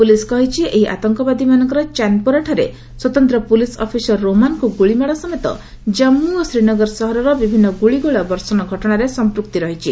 police କହିଛି ଏହି ଆତଙ୍କବାଦୀମାନଙ୍କର ଚାନ୍ପୋରାଠାରେ ସ୍ୱତନ୍ତ୍ର ପୁଲିସ୍ ଅଫିସର ରୋମାନଙ୍କୁ ଗୁଳିମାଡ ଜାମ୍ପୁ ଓ ଶ୍ରୀନଗର ସହରର ବିଭିନ୍ନ ଗୁଳିଗୋଳା ବର୍ଷଣ ଘଟଣାରେ ସଂପୃକ୍ତି ରହିଛି